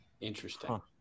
interesting